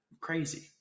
crazy